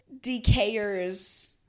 decayers